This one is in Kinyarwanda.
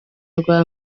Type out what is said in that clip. rwa